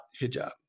hijab